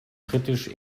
britisch